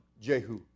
Jehu